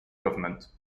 government